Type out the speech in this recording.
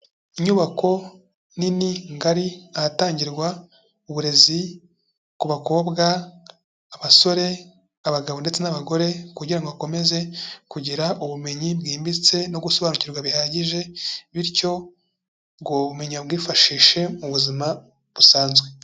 Inyubako nini ngari ahatangirwa uburezi ku bakobwa, abasore, abagabo ndetse n'abagore kugira ngo bakomeze kugira ubumenyi bwimbitse no gusobanukirwa bihagije, bityo ubwo bumenyi babwifashishe mu buzima busanzwe.